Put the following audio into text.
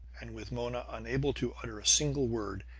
and with mona unable to utter a single word,